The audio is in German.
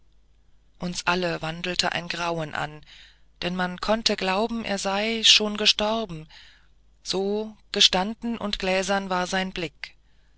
uns alle wandelte ein grauen an denn man konnte glauben er sei schon gestorben so gestanden und gläsern war sein blick